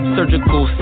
Surgical